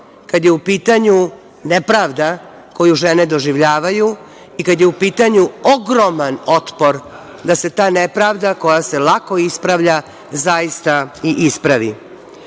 kada je u pitanju nepravda koju žene doživljavaju i kad je u pitanju ogroman otpor da se ta nepravda koja se lako ispravlja zaista i ispravi. Razlog